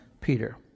Peter